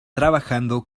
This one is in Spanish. trabajando